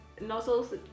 nozzles